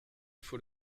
faut